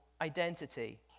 identity